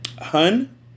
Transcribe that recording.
Hun